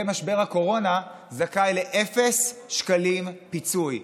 במשבר הקורונה, זכאי לאפס שקלים פיצוי.